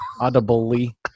audibly